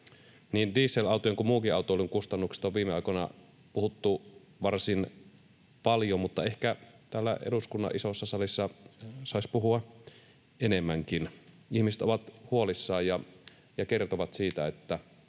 dieselautojen kuin muunkin autoilun kustannuksista on viime aikoina puhuttu varsin paljon, mutta ehkä täällä eduskunnan isossa salissa saisi puhua enemmänkin. Ihmiset ovat huolissaan ja kertovat siitä, miten